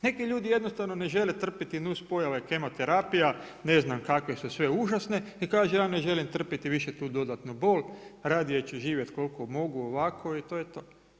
Neki ljudi jednostavno ne žele trpiti nus pojave kemo terapija, ne znam, kakve su sve užasne i kaže ja ne želim trpiti više tu dodatnu bol, radije ću živjeti koliko mogu ovako i to je to.